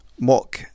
mock